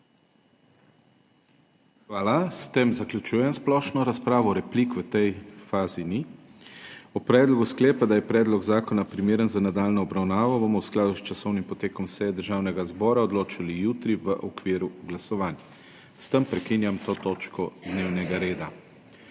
Hvala. S tem zaključujem splošno razpravo. Replik v tej fazi ni. O predlogu sklepa, da je predlog zakona primeren za nadaljnjo obravnavo, bomo v skladu s časovnim potekom seje Državnega zbora odločali jutri, v okviru glasovanj. S tem prekinjam to točko dnevnega reda.